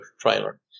trailer